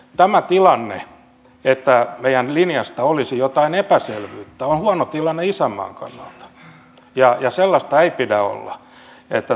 tämä tilanne että meidän linjastamme olisi jotain epäselvyyttä on huono tilanne isänmaan kannalta ja sellaista ei pidä olla